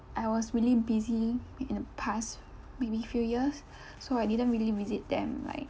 I was really busy in the past maybe few years so I didn't really visit them